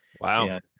wow